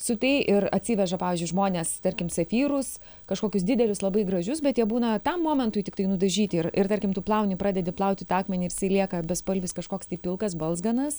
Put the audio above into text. su tai ir atsiveža pavyzdžiui žmonės tarkim satyrus kažkokius didelius labai gražius bet jie būna tam momentui tiktai nudažyti ir ir tarkim tu plauni pradedi plauti tą akmenį ir jisai lieka bespalvis kažkoks tai pilkas balzganas